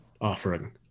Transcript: offering